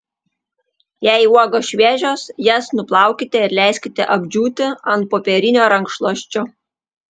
jei uogos šviežios jas nuplaukite ir leiskite apdžiūti ant popierinio rankšluosčio